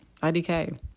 IDK